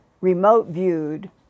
remote-viewed